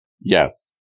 Yes